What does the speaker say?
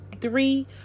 three